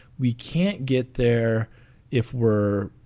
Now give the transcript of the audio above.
we can't get there if we're,